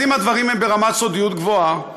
אז אם הדברים הם ברמת סודיות גבוהה,